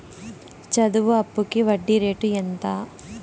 చదువు అప్పుకి వడ్డీ రేటు ఎంత?